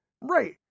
Right